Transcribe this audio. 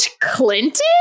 Clinton